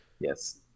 Yes